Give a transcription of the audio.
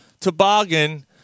Toboggan